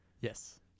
Yes